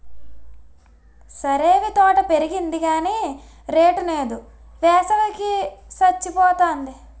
సరేవీ తోట పెరిగింది గాని రేటు నేదు, వేసవి కి సచ్చిపోతాంది